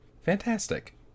Fantastic